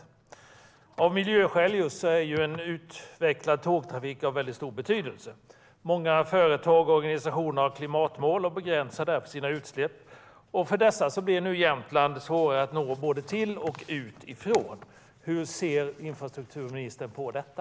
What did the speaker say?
Av just miljöskäl är en utvecklad tågtrafik av stor betydelse. Många företag och organisationer har klimatmål och begränsar därför sina utsläpp. För dessa blir Jämtland nu svårare att nå. Det gäller resor både till och från Jämtland. Hur ser infrastrukturministern på detta?